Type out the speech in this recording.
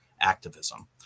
activism